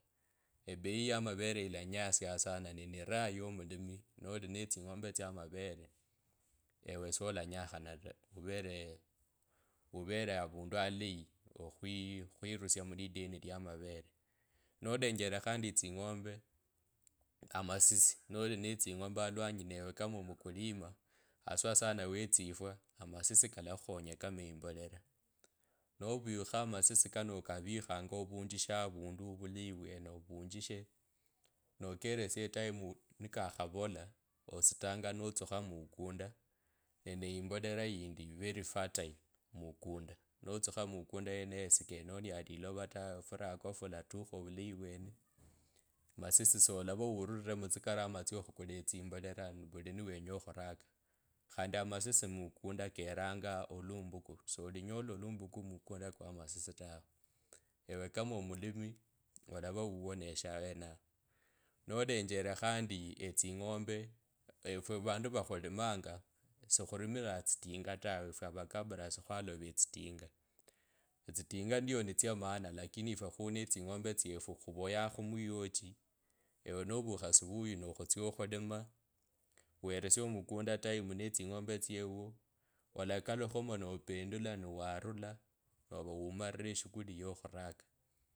Ebei ya marere ilanyasia sana ne neraha ya mulimi ndine tsingombe tsia marere elwe sola nyokhana taa urere avundu alei okhuriswa mlideni lia marere nolenjere khandi tsingombe amasisi noli netsingombe alwanyi nawe kama omkulima asuwa sana wotsifwa amasisi kalakhukhonya kama imbelele. Novikha amasisi kano okavikhanga avundu muleyi kwene ovunjishe ovulayi kwene ovunjishe nokoresia etayimu nikakhavola ositanga notsukhu mukundu. Neneimborera yindi very fertile. Mukunda notsukha mukunda yeneyo siyinonia lilova tawo furatwa furatuisha ovuleyi vwene masisi olava urure mtsikarama tsio khakula tsimborera vuli niwenya khuraka khandi masisi mkunda kerenga olimbuku solinyoola olumbuku mukunda kwa masisi tawe ewo kama omilimi olava owenishe awenao nolenjere khandi etsingombe efwo vandu vakhulimanya sikhulimiranga tsitinga tawe vakabras khwalwa tsitinga tsitinga ndio nitsimaana lakini efwe khune tsingombe tsifwu khuvaya kuyoji ewe novukha surui nokhutsia khulima weresia mukunda etayimu netsiangombe olakalukhamo nopendula nuwanila nova umare eshakuli yokhuraka.